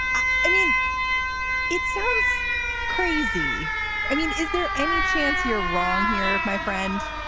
i mean it sounds crazy i mean is there any chance you're wrong here my friend